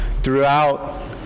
throughout